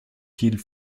qu’ils